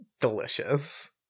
delicious